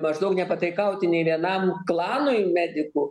maždaug nepataikauti nė vienam klanui medikų